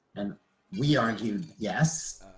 and we argued yes,